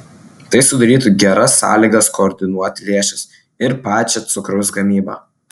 tai sudarytų geras sąlygas koordinuoti lėšas ir pačią cukraus gamybą